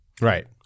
Right